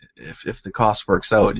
if if the costs work so and